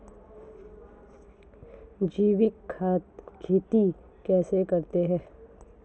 जैविक खेती कैसे करते हैं?